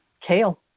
kale